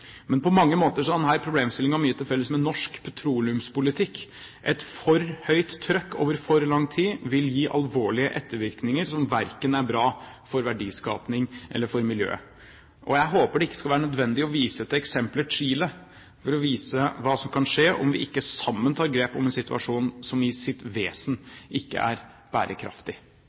Men på mange måter har denne problemstillingen mye til felles med norsk petroleumspolitikk: Et for høyt trykk over for lang tid vil gi alvorlige ettervirkninger som verken er bra for verdiskaping eller for miljø. Jeg håper at det ikke skal være nødvendig med eksemplet Chile for å vise hva som kan skje hvis vi ikke sammen tar grep om en situasjon som i sitt vesen ikke er bærekraftig.